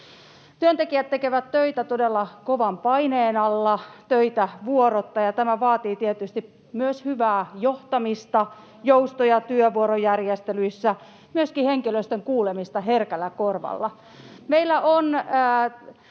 Työntekijät tekevät töitä todella kovan paineen alla, töitä vuorotta. Ja tämä vaatii tietysti myös hyvää johtamista, joustoja työvuorojärjestelyissä, myöskin henkilöstön kuulemista herkällä korvalla. Meillä on